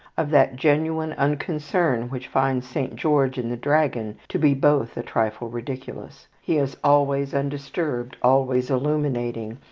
of that genuine unconcern which finds saint george and the dragon to be both a trifle ridiculous. he is always undisturbed, always illuminating,